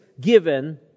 given